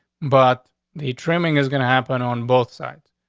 but the trimming is gonna happen on both sides.